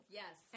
yes